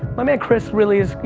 my man chris really is, you